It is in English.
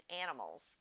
animals